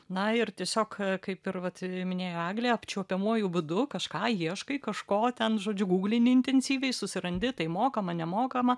na ir tiesiog kaip ir vat minėjo eglė apčiuopiamuoju būdu kažką ieškai kažko ten žodžiu guglini intensyviai susirandi tai mokama nemokama